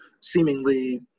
seemingly